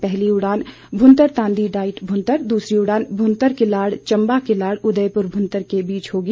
पहली उड़ान भुंतर तांदी डाईट भुंतर दूसरी उड़ान भुंतर किलाड़ चंबा किलाड़ उदयपुर भुंतर के बीच होगी